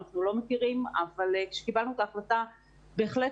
אבל כשאנחנו קיבלנו את ההחלטה אנחנו בהחלט